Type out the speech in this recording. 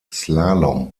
slalom